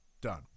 Done